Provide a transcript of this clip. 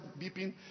beeping